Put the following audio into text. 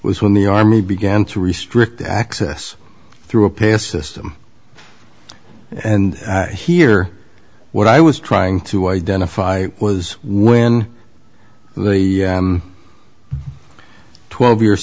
was when the army began to restrict access through a past system and here what i was trying to identify was when the twelve year